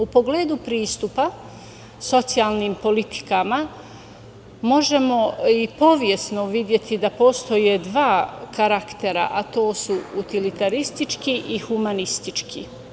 U pogledu pristupa socijalnim politikama, možemo i istorijski videti da postoje dva karaktera, a to su utilitaristički i humanistički.